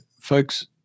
folks